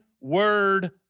word